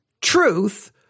truth